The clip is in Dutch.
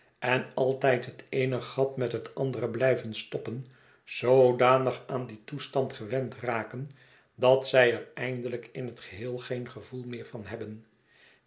en a'ltijd het eene gat met het andere blijven stoppen zoodanig aan dien toestand gewend raken dat zij er eindelijk in het geheel geen gevoel meer van hebben